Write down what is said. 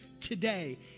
today